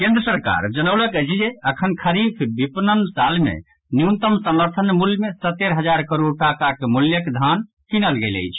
केन्द्र सरकार जनौलक अछि जे अखन खरीफ विपणन साल मे न्यूनतम समर्थन मूल्य मे सत्तरि हजार करोड़ टाकाक मूल्यक धान कीनल गेल अछि